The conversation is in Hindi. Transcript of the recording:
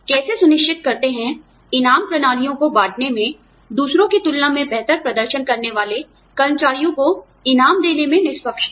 आप कैसे सुनिश्चित करते हैं इनाम प्रणालियों को बांटने में दूसरों की तुलना में बेहतर प्रदर्शन करने वाले कर्मचारियों को इनाम देने में निष्पक्षता